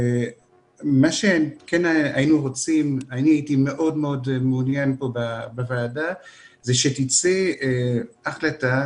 מה שהייתי מאוד מעוניין פה בוועדה זה שתצא החלטה,